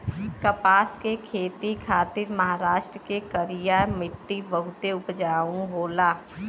कपास के खेती खातिर महाराष्ट्र के करिया मट्टी बहुते उपजाऊ होला